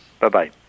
Bye-bye